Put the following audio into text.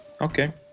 Okay